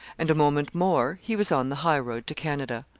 and, a moment more, he was on the high road to canada.